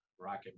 Rocket